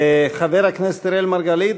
חבר הכנסת אראל מרגלית,